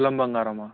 తులం బంగారమా